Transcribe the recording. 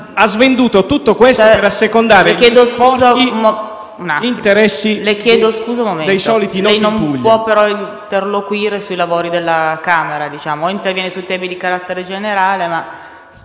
ha svenduto tutto questo per assecondare gli sporchi interessi dei soliti noti in Puglia.